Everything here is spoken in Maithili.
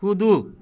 कूदू